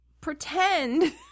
pretend